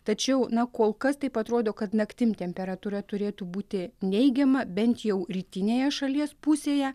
tačiau na kol kas taip atrodo kad naktim temperatūra turėtų būti neigiama bent jau rytinėje šalies pusėje